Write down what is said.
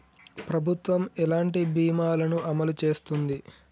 ప్రభుత్వం ఎలాంటి బీమా ల ను అమలు చేస్తుంది?